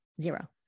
Zero